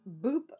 Boop